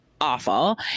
awful